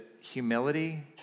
humility